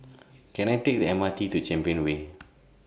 Can I Take The M R T to Champion Way